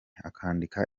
akandika